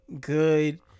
good